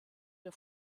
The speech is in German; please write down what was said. der